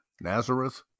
Nazareth